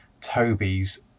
Toby's